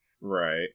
Right